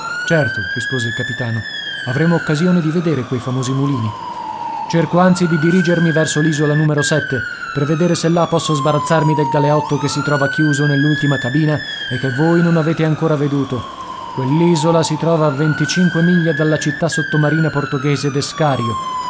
certo rispose il capitano avremo occasione di vedere quei famosi mulini cerco anzi di dirigermi verso l isola per vedere se là posso sbarazzarmi del galeotto che si trova chiuso nell'ultima cabina e che voi non avete ancor veduto quell'isola si trova a venticinque miglia dalla città sottomarina portoghese d'escario